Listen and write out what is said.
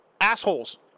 assholes